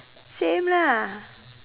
same lah